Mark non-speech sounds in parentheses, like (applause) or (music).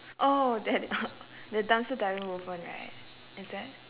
oh that (noise) the dumpster diver movement right is that